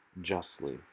justly